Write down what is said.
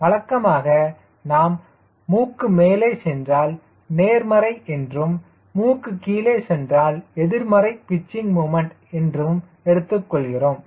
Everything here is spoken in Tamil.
வழக்கமாக நாம் மூக்கு மேலே சென்றால் நேர்மறை என்றும் மூக்கு கீழே சென்றால் எதிர்மறை பிச்சிங் முமண்ட் எடுத்துக் கொள்கிறோம்